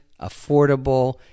affordable